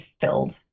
filled